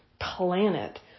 planet